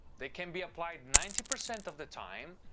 they can be applied ninety percent of the time.